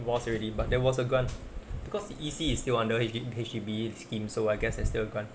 was already but there was a grant because E_C is still under H_D H_D_B scheme so I guess it's still a grant